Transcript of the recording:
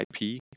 IP